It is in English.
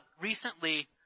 recently